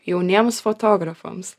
jauniems fotografams